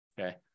okay